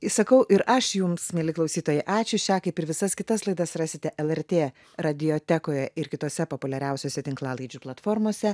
sakau ir aš jums mieli klausytojai ačiū šią kaip ir visas kitas laidas rasite lrt radiotekoje ir kitose populiariausiose tinklalaidžių platformose